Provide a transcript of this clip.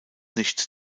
nicht